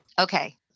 Okay